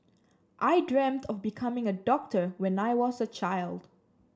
I dreamt of becoming a doctor when I was a child